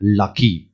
lucky